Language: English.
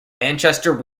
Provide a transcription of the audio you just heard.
manchester